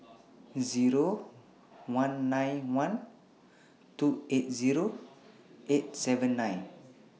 Zero one nine one two eight Zero eight seven nine